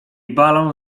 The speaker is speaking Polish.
balon